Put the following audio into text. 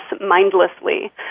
mindlessly